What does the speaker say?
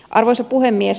arvoisa puhemies